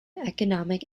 economic